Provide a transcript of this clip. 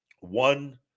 one